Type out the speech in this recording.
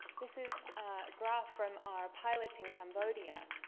this is graph from our pilot in cambodia.